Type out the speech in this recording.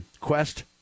quest